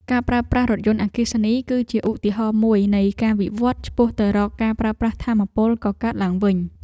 ការប្រើប្រាស់រថយន្តអគ្គិសនី គឺជាឧទាហរណ៍មួយនៃការវិវត្តន៍ឆ្ពោះទៅរកការប្រើប្រាស់ថាមពលកកើតឡើងវិញ។